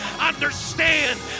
understand